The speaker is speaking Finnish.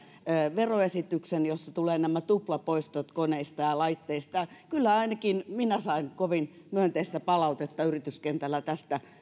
veroesityksen jossa tulevat tuplapoistot koneista ja laitteista kyllä ainakin minä sain kovin myönteistä palautetta yrityskentällä tästä